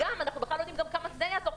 אנחנו בכלל לא יודעים גם כמה זה יעזור,